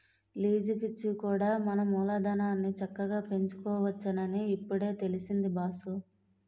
లీజికిచ్చి కూడా మన మూలధనాన్ని చక్కగా పెంచుకోవచ్చునని ఇప్పుడే తెలిసింది బాసూ